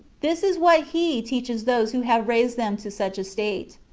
this is what he teaches those who have raised them to such a state.